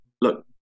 look